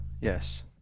Yes